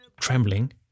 trembling